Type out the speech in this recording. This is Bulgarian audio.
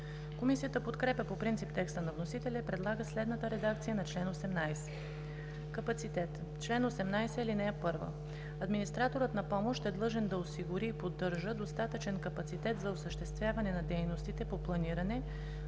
Комисията подкрепя по принцип текста на вносителя и предлага следната редакция на чл. 18: „Капацитет Чл. 18. (1) Администраторът на помощ е длъжен да осигури и поддържа достатъчен капацитет за осъществяване на дейностите по планиране,